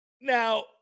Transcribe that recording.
now